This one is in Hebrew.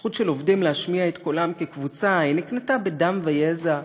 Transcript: זכות של עובדים להשמיע את קולם כקבוצה היא נקנתה בדם ויזע,